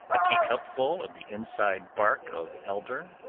a tea-cupful of the inside bark of elder,